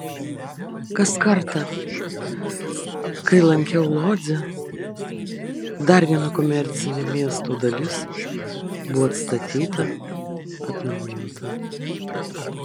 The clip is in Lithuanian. kas kartą kai lankiau lodzę dar viena komercinė miesto dalis buvo atstatyta atnaujinta